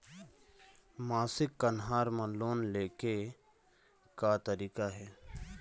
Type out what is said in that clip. मासिक कन्हार म लोन ले के का तरीका हे?